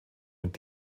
mit